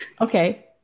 Okay